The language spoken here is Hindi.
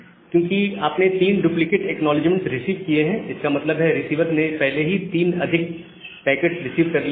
क्योंकि आपने 3 डुप्लीकेट एक्नॉलेजमेंट्स रिसीव किए हैं इसका मतलब है रिसीवर ने पहले ही 3 अधिक पैकेट्स रिसीव कर लिए हैं